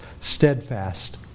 steadfast